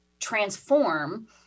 transform